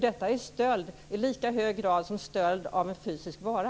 Detta är ju stöld i lika hög grad som stöld av en fysisk vara.